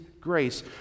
grace